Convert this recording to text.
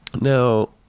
now